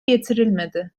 getirilmedi